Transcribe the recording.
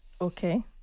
Okay